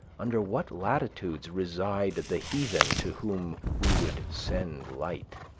under what latitudes reside the heathen to whom we would send light?